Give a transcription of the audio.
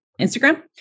Instagram